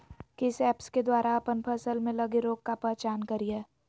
किस ऐप्स के द्वारा अप्पन फसल में लगे रोग का पहचान करिय?